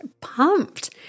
pumped